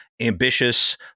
ambitious